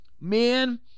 man